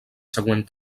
següent